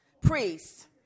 priests